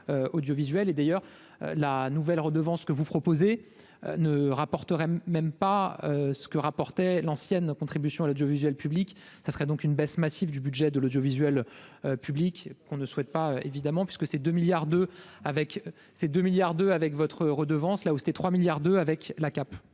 et d'ailleurs la nouvelle redevance que vous proposez ne rapporterait même pas ce que rapportait l'ancienne contribution à l'audiovisuel public, ça sera donc une baisse massive du budget de l'audiovisuel public qu'on ne souhaite pas évidemment puisque ces 2 milliards de avec ces 2 milliards de avec